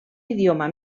idioma